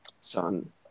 son